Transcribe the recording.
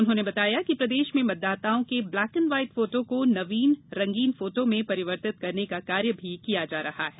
उन्होंने बताया कि प्रदेश में मतदाताओं के ब्लैक एण्ड व्हाइट फोटो को नवीन रंगीन फोटो में परिवर्तित करने का कार्य भी किया जा रहा है